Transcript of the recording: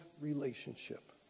relationship